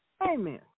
Amen